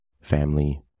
family